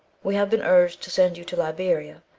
we have been urged to send you to liberia,